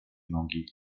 nogi